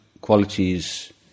qualities